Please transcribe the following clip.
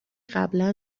قبلا